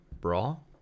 Brawl